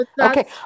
Okay